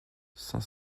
cent